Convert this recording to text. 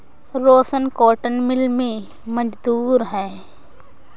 रोशन cotton mill में मजदूर है